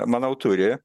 manau turi